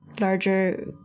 larger